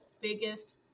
biggest